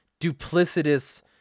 duplicitous